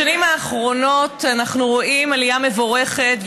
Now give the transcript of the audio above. בשנים האחרונות אנחנו רואים עלייה מבורכת,